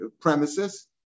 premises